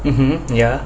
mmhmm ya